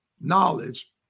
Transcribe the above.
knowledge